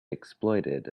exploited